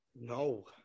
No